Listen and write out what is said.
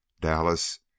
Dallas